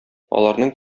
аларның